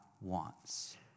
wants